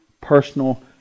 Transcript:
personal